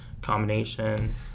Combination